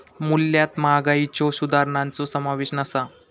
मूल्यात महागाईच्यो सुधारणांचो समावेश नसा